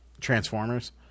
Transformers